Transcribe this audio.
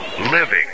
living